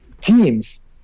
teams